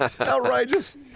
Outrageous